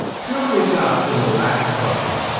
till they got to the last question.